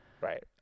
right